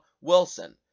wilson